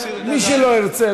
מי שלא ירצה,